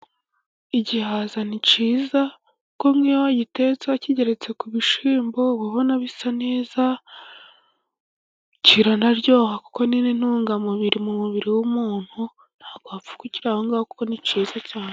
Igihaza ni cyiza kuko iyo wa gitetse kigeretse ku bishimbo, ubona bisa neza kiranaryoha kuko n' intungamubiri; mu mubiri w' umuntu ntabwo wapfa kuko ni cyiza cyane.